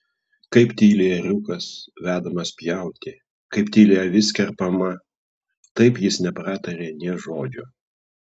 kaip tyli ėriukas vedamas pjauti kaip tyli avis kerpama taip jis nepratarė nė žodžio